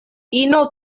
ino